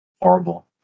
horrible